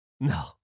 No